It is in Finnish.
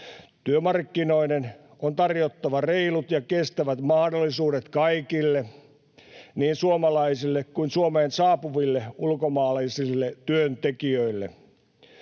Työmarkkinoiden on tarjottava reilut ja kestävät mahdollisuudet kaikille, niin suomalaisille kuin Suomeen saapuville ulkomaalaisille työntekijöille.